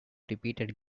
repeated